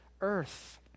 earth